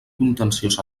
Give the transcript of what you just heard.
contenciós